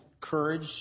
courage